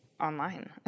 online